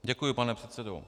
Děkuji, pane předsedo.